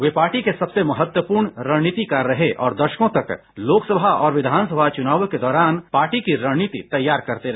वे party के सबसे महत्वपूर्ण रणनीतिकार रहे और दशकों तक लोकसभा और विधानसभा चुनावों के दौरान पार्टी की रणनीति तैयार करते रहे